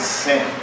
sin